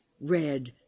red